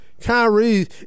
Kyrie